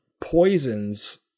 poisons